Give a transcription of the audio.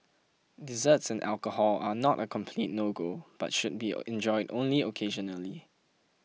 desserts and alcohol are not a complete no go but should be enjoyed only occasionally